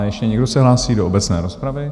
Ještě se někdo hlásí do obecné rozpravy?